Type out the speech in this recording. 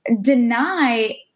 deny